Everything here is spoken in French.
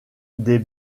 des